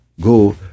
go